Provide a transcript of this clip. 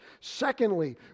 Secondly